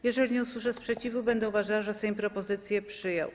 Jeżeli nie usłyszę sprzeciwu, będę uważała, że Sejm propozycję przyjął.